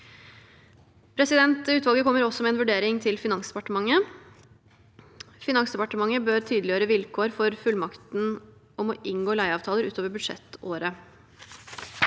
Utvalget kommer også med en vurdering til Finansdepartementet. Finansdepartementet bør tydeliggjøre vilkår for fullmakten om å inngå leieavtaler utover budsjettåret.